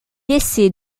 essaie